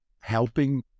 helping